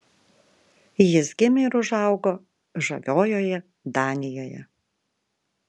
jis gimė ir užaugo žaviojoje danijoje